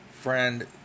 friend